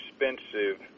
expensive